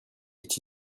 est